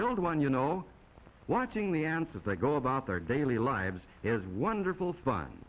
build one you know watching the ants of they go about their daily lives is wonderful fun